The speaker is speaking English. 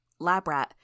Labrat